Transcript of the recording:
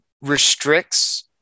restricts